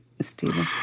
Stephen